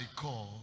call